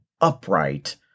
upright